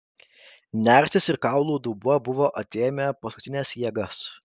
nersis ir kaulų dubuo buvo atėmę paskutines jėgas